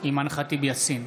אימאן ח'טיב יאסין,